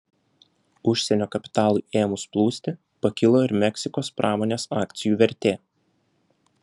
užsienio kapitalui ėmus plūsti pakilo ir meksikos pramonės akcijų vertė